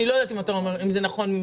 אני לא יודעת אם זה נכון.